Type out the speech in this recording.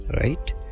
right